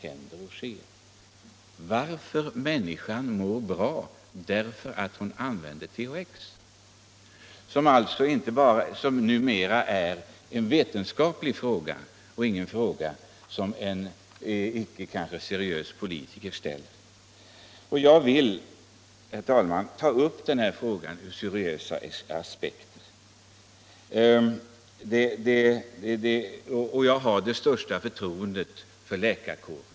Undersök varför människan mår bra när hon använder THX. Det är ju numera en vetenskaplig fråga och ingen fråga som ställs av mer eller mindre seriösa politiker. Jag vill, herr talman, ta upp den här frågan ur seriösa aspekter, och jag har det största förtroende för läkarkåren.